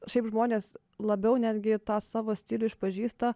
šiaip žmonės labiau netgi tą savo stilių išpažįsta